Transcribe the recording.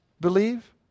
believe